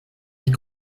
ich